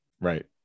Right